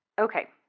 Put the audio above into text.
Okay